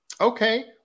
okay